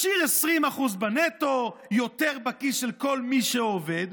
משאיר 20% בנטו, יותר בכיס של כל מי שעובד,